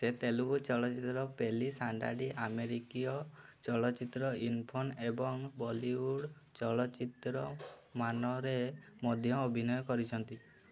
ସେ ତେଲୁଗୁ ଚଳଚ୍ଚିତ୍ର ପେଲି ସାଣ୍ଡାଡ଼ି ଆମେରିକୀୟ ଚଳଚ୍ଚିତ୍ର ଇନଫର୍ନୋ ଏବଂ ବଲିଉଡ଼୍ ଚଳଚ୍ଚିତ୍ର ମାନରେ ମଧ୍ୟ ଅଭିନୟ କରିଛନ୍ତି